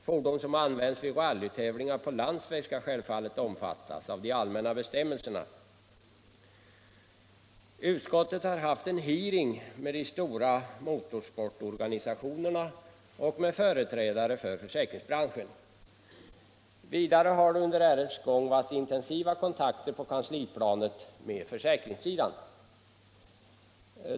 Fordon som används vid rallytävlingar på landsväg skall självfallet omfattas av de allmänna bestämmelserna. Utskottet har haft en hearing med de stora motorsportorganisationerna och företrädare för försäkringsbranschen. Vidare har det under ärendets gång varit intensiva kontakter på kansliplanet med försäkringssidan.